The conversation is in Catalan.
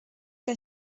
que